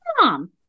mom